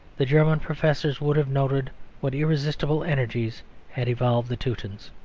the german professors would have noted what irresistible energies had evolved the teutons.